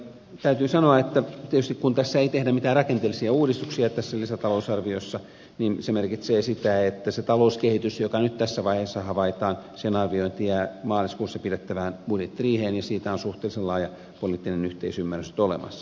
täytyy sanoa että tietysti kun tässä lisätalousarviossa ei tehdä mitään rakenteellisia uudistuksia se merkitsee sitä että sen talouskehityksen arviointi joka nyt tässä vaiheessa havaitaan jää maaliskuussa pidettävään budjettiriiheen ja siitä on suhteellisen laaja poliittinen yhteisymmärrys nyt olemassa